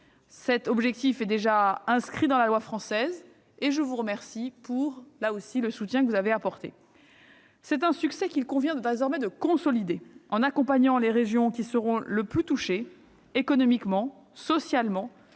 cet objectif est d'ores et déjà inscrit dans la loi française, et je vous remercie, mesdames, messieurs les sénateurs, du soutien que vous nous avez apporté. C'est un succès qu'il convient désormais de consolider, en accompagnant les régions qui seront les plus touchées économiquement et socialement